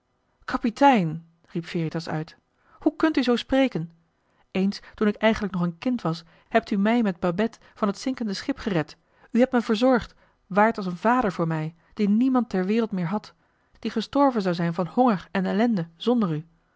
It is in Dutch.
kapitein riep veritas uit hoe kunt u zoo spreken eens toen ik eigenlijk nog een kind was hebt u mij met babette van het zinkende schip gered u hebt me verzorgd waart als een vader voor mij die niemand ter wereld meer had die gestorven zou zijn van honger en ellende zonder u